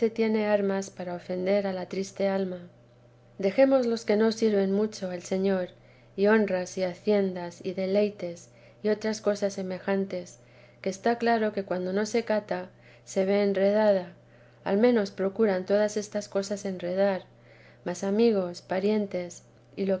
tiene armas para ofender a la triste alma dejemos los que no sirven mucho al señor y honras y haciendas y deleites y otras cosas semejantes que está claro que cuando no se cata se ve enredada al menos procuran todasestas cosas enredar más amigos parientes y lo